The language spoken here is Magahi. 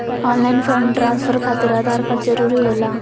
ऑनलाइन फंड ट्रांसफर खातिर आधार कार्ड जरूरी होला?